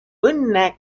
õnne